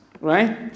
right